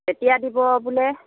কেতিয়া দিব বোলে